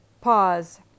PAUSE